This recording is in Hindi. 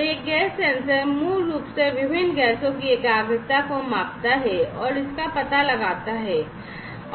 तो यह गैस सेंसर मूल रूप से विभिन्न गैसों की एकाग्रता को मापता है और इसका पता लगाता है